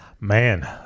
Man